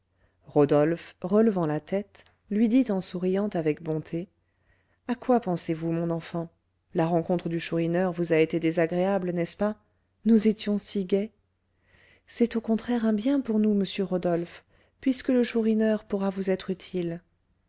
rodolphe relevant la tête lui dit en souriant avec bonté à quoi pensez-vous mon enfant la rencontre du chourineur vous a été désagréable n'est-ce pas nous étions si gais c'est au contraire un bien pour nous monsieur rodolphe puisque le chourineur pourra vous être utile